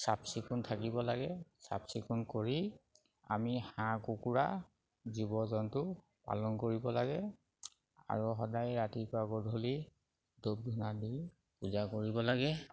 চাফ চিকুণ থাকিব লাগে চাফ চিকুণ কৰি আমি হাঁহ কুকুৰা জীৱ জন্তু পালন কৰিব লাগে আৰু সদায় ৰাতিপুৱা গধূলি ধূপ ধূনা দি পূজা কৰিব লাগে